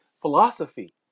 philosophy